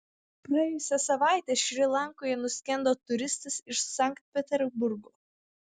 praėjusią savaitę šri lankoje nuskendo turistas iš sankt peterburgo